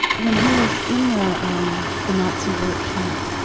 when he was in the um the nazi work camp,